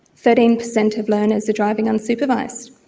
thirteen percent of learners are driving unsupervised.